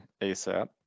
ASAP